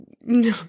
no